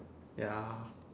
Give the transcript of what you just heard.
ya